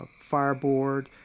fireboard